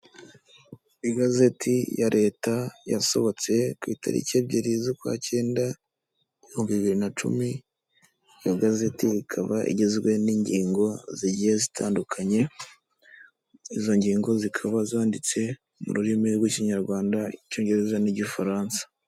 Igazeti ya leta yasohotse ku itariki ebyiri z'ukwa kenda, ibihumbi bibiri na cumi, iyo gazeti ikaba gizwe n'ingingo zigiye zitandukanye, izo ngingo zikaba zanditse mu rurimi rw'ikinyarwanda, icyongereza, n'igifaransa.